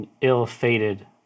ill-fated